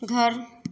घर